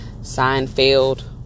Seinfeld